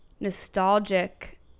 Nostalgic